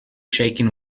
shaking